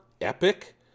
Epic